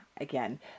Again